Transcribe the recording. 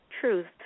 truth